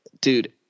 dude